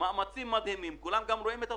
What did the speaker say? משהו שהוא מאוד מידי וצנוע, הייתי אומר.